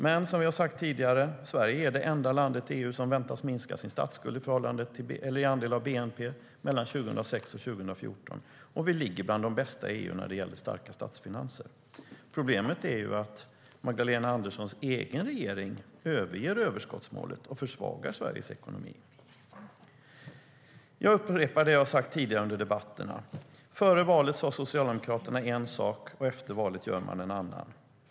Men, som jag har sagt tidigare, Sverige är det enda landet i EU som väntas minska sin statsskuld som andel av bnp mellan 2006 och 2014, och vi ligger bland de bästa i EU när det gäller starka statsfinanser. Problemet är att Magdalena Anderssons egen regering överger överskottsmålet och försvagar Sveriges ekonomi. Jag upprepar det som jag har sagt tidigare under debatterna. Före valet sade Socialdemokraterna en sak, och efter valet gör de en annan sak.